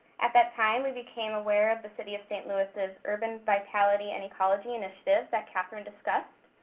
at that time, we became aware of the city of st. louis' urban vitality and ecology initiative that catherine discussed.